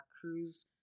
cruise